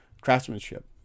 craftsmanship